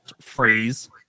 phrase